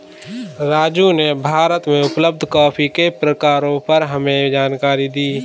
राजू ने भारत में उपलब्ध कॉफी के प्रकारों पर हमें जानकारी दी